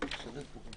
ובאמת יש לנו